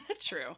True